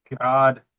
God